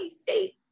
state